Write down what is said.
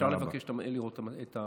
אפשר לבקש לראות את התמונות.